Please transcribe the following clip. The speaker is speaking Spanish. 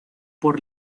por